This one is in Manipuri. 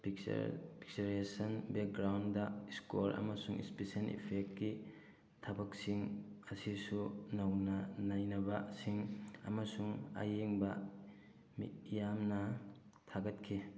ꯄꯤꯛꯆꯔ ꯄꯤꯛꯆꯔꯦꯁꯟ ꯕꯦꯛꯒ꯭ꯔꯥꯎꯟꯗ ꯏꯁꯀꯣꯔ ꯑꯃꯁꯨꯡ ꯏꯁꯄꯤꯁꯦꯜ ꯏꯐꯦꯛꯀꯤ ꯊꯕꯛꯁꯤꯡ ꯑꯁꯤꯁꯨ ꯅꯧꯅ ꯅꯩꯅꯕꯁꯤꯡ ꯑꯃꯁꯨꯡ ꯑꯌꯦꯡꯕ ꯃꯤꯠꯌꯥꯝꯅ ꯊꯥꯒꯠꯈꯤ